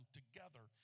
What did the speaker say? together